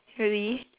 really